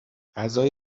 غذای